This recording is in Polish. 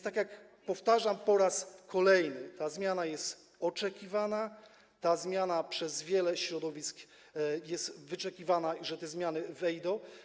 Tak jak powtarzam po raz kolejny, ta zmiana jest oczekiwana, ta zmiana przez wiele środowisk jest wyczekiwana, to, że te zmiany wejdą.